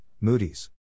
Moody's